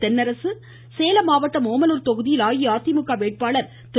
தென்னரசு சேலம் மாவட்டம் ஓமலூர் தொகுதியில் அஇஅதிமுக வேட்பாளர் திரு